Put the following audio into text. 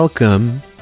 Welcome